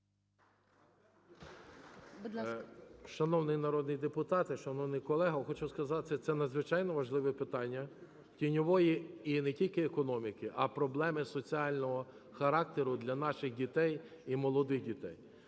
Шановний народний депутати, шановний колего, хочу сказати, це надзвичайно важливе питання тіньової, і не тільки економіки, а проблеми соціального характеру для наших дітей, і молодих дітей.